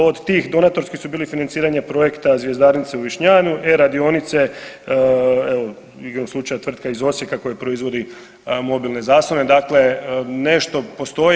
Od tih donatorskih su bili financiranje projekta Zvjezdarnice u Višnjanu, e-radionice, igrom slučaja tvrtka iz Osijeka koja proizvodi mobilne zaslone, dakle nešto postoji.